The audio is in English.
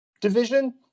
Division